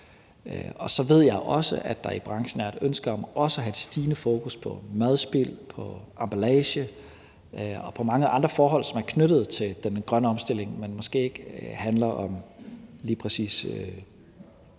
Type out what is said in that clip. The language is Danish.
på. Så ved jeg også, at der i branchen er et ønske om også at have et stigende fokus på madspild, på emballage og på mange andre forhold, som er knyttet til den grønne omstilling, men måske ikke handler om lige præcis